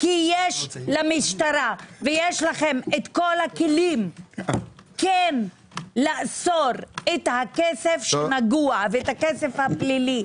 כי יש למשטרה ויש לכם כל הכלים כן לאסור את הכסף שנגוע ואת הכסף הפלילי.